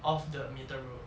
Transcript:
of the meter rule